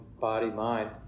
body-mind